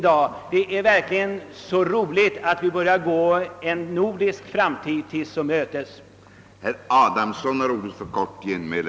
Det är verkligen roligt att en nordisk framtid skönjes i dessa frågor.